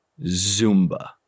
Zumba